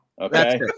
okay